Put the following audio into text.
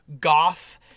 goth